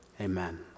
Amen